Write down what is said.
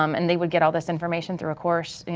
um and they would get all this information through a course,